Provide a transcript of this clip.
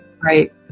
Right